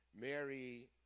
Mary